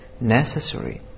necessary